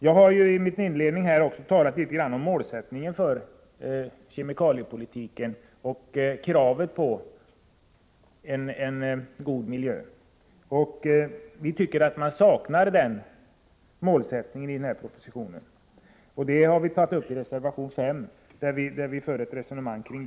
Jag har i min inledning talat litet grand om målsättningen för kemikaliepolitiken och kravet på en god miljö. Vi tycker att det i propositionen saknas en målsättning. Detta har vi tagit upp i reservation 5.